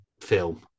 film